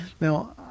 Now